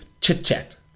chit-chat